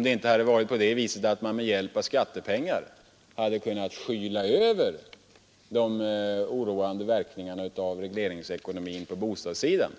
man inte med hjälp av skattepengar hade kunnat skyla över de oroande verkningarna av regleringsekonomin på bostadssidan.